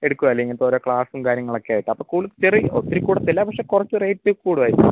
എടുക്കുവല്ലെ ഇങ്ങനത്തെ ഓരോ ക്ലാസ്സും കാര്യങ്ങളൊക്കെയായിട്ട് അപ്പം കൂടുതലും ചെറിയ ഒത്തിരി കൂടത്തില്ല പക്ഷെ കുറച്ച് റേയ്റ്റ് കൂടുവായിരിക്കും